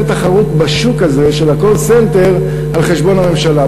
תחרות בשוק הזה של ה"call סנטר" על חשבון הממשלה.